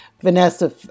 Vanessa